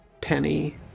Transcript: Penny